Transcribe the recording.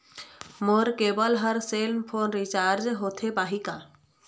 मोर केबल हर cell phone से रिचार्ज होथे पाही का?